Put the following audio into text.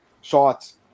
shots